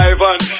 Ivan